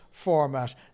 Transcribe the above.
format